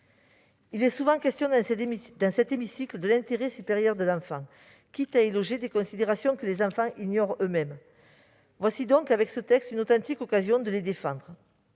Il est souvent question dans cet hémicycle de l'intérêt supérieur de l'enfant, quitte à y loger des considérations que les enfants ignorent eux-mêmes. Ce texte offre une authentique occasion de le défendre